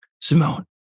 Simone